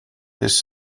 his